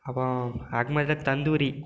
அப்றம் அக்மதில் தந்தூரி